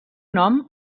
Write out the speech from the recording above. nom